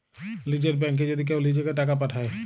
লীযের ব্যাংকে যদি কেউ লিজেঁকে টাকা পাঠায়